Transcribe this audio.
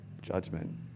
judgment